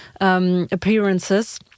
appearances